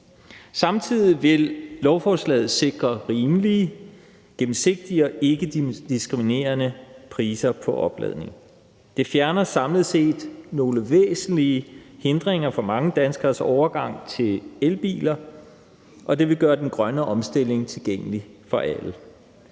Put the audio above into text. Samtidig vil lovforslaget sikre rimelige, gennemsigtige og ikkediskriminerende priser på opladning. Det fjerner samlet set nogle væsentlige hindringer for mange danskeres overgang til elbiler, og det vil gøre den grønne omstilling tilgængelig for alle.